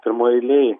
pirmoj eilėj